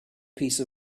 piece